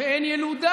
ואין ילודה,